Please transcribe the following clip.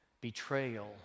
Betrayal